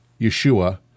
Yeshua –